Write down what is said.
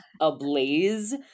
ablaze